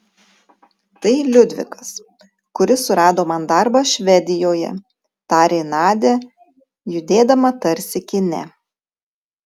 tai liudvikas kuris surado man darbą švedijoje tarė nadia judėdama tarsi kine